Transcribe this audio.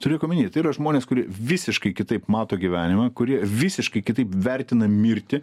turėk omeny tai yra žmonės kurie visiškai kitaip mato gyvenimą kurie visiškai kitaip vertina mirtį